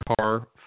car